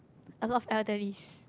a lot of elderlies